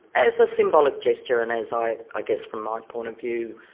as a symbolic gesture, and as i ah guess from my point of view,